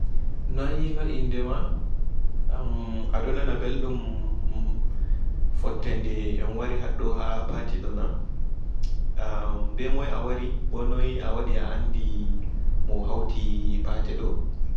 Noi no inde maa ammm aɗo nana ɓelɗum mmmm fottenɗe en wari haɗɗoo ha pati ɗona ammm ɓe moi awari ɓo noi awaɗi a anɗiii mo hauti pati ɗo